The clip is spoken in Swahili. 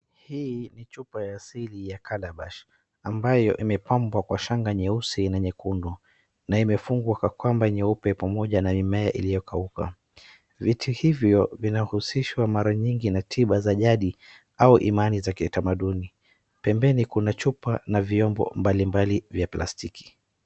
Hii ni chupa ya siri ya kalabash ambayo imepambwa kwa shangaa nyeusi na nyekundu na imefungwa kwa kamba nyeupe pamoja na mmea iliyokauka. Vitu hivyo vinahusishwa mara mingi na tiba za jadi au imani za kitamaduni. Pembeni kuna chupa na vyombo mbalimbali vya plastiki.